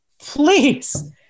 please